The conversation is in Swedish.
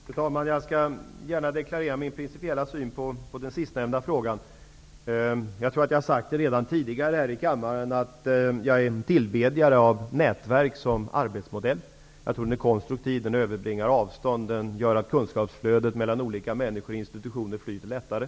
Fru talman! Jag skall gärna deklarera min principiella syn på den sistnämnda frågan. Jag har redan tidigare här i kammaren sagt att jag är en tillbedjare av nätverk som arbetsmodell. Den är konstruktiv, överbryggar avstånd och den gör att kunskapsflödet mellan olika människor och institutioner flyter lättare.